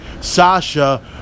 Sasha